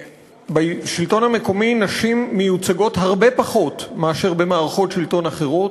בשלטון המקומי נשים מיוצגות הרבה פחות מאשר במערכות שלטון אחרות,